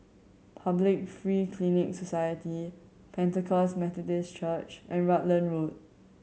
Public Free Clinic Society Pentecost Methodist Church and Rutland Road